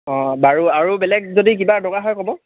অঁ বাৰু আৰু বেলেগ যদি কিবা দৰকাৰ হয় ক'ব